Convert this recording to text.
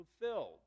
fulfilled